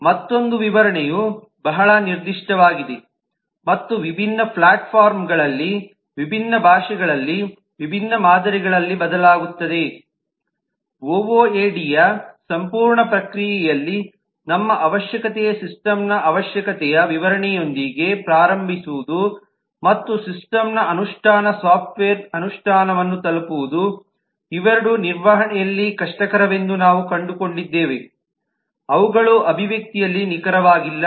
ಮತ್ತೊಂದು ವಿವರಣೆಯು ಬಹಳ ನಿರ್ದಿಷ್ಟವಾಗಿದೆ ಮತ್ತು ವಿಭಿನ್ನ ಪ್ಲ್ಯಾಟ್ಫಾರ್ಮ್ಗಳಲ್ಲಿ ವಿಭಿನ್ನ ಭಾಷೆಗಳಲ್ಲಿ ವಿಭಿನ್ನ ಮಾದರಿಗಳಲ್ಲಿ ಬದಲಾಗುತ್ತದೆ ಒಒಎಡಿಯ ಸಂಪೂರ್ಣ ಪ್ರಕ್ರಿಯೆಯಲ್ಲಿ ನಮ್ಮ ಅವಶ್ಯಕತೆ ಸಿಸ್ಟಮ್ನ ಅವಶ್ಯಕತೆಯ ವಿವರಣೆ ಯೊಂದಿಗೆ ಪ್ರಾರಂಭಿಸುವುದು ಮತ್ತು ಸಿಸ್ಟಮ್ನ ಅನುಷ್ಠಾನ ಸಾಫ್ಟ್ವೇರ್ ಅನುಷ್ಠಾನವನ್ನು ತಲುಪುವುದು ಇವೆರಡೂ ನಿರ್ವಹಣೆಯಲ್ಲಿ ಕಷ್ಟಕರವೆಂದು ನಾವು ಕಂಡು ಕೊಂಡಿದ್ದೇವೆ ಅವುಗಳು ಅಭಿವ್ಯಕ್ತಿಯಲ್ಲಿ ನಿಖರವಾಗಿಲ್ಲ